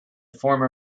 former